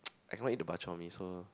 I cannot eat the bak-chor-mee so